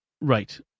Right